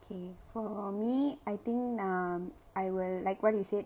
K for me I think um I will like what you said